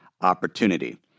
opportunity